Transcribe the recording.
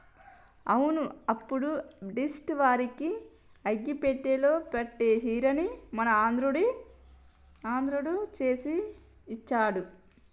అవును అప్పుడు బ్రిటిష్ వాడికి అగ్గిపెట్టెలో పట్టే సీరని మన ఆంధ్రుడు చేసి ఇచ్చారు